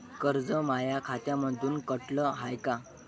कर्ज माया खात्यामंधून कटलं हाय का?